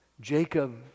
Jacob